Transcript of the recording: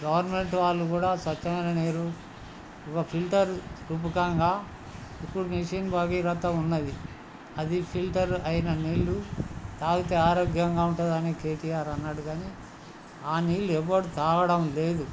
government వాళ్ళు కూడా స్వచ్ఛమైన నీరు ఒక ఫిల్టర్ రూపకంగా ఇప్పుడు మిషన్ భగీరథ ఉన్నది అది ఫిల్టర్ అయిన నీళ్లు తాగితే ఆరోగ్యంగా ఉంటుందని కే టీ ఆర్ అన్నాడు కానీ ఆ నీళ్లు ఎవ్వడు తాగడం లేదు